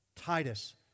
Titus